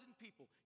people